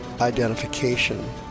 identification